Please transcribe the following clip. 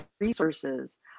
resources